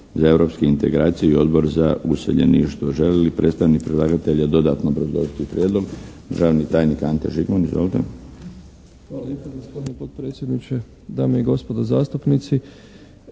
Hvala lijepa gospodine potpredsjedniče. Dame i gospodo zastupnici.